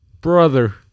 brother